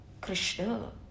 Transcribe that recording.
Krishna